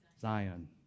Zion